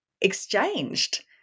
exchanged